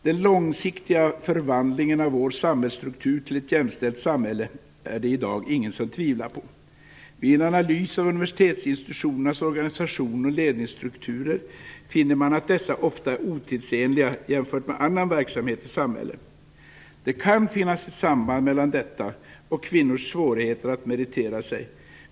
Den långsiktiga förvandlingen av vår samhällsstruktur till ett jämställt samhälle är det i dag ingen som tvivlar på. Vid en analys av universitetsinstitutionernas organisation och ledningsstrukturer finner man att dessa ofta är otidsenliga jämfört med annan verksamhet i samhället. Det kan finnas ett samband mellan detta och kvinnors svårigheter att meritera sig.